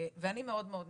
ואני מאוד מאוד נפגעתי.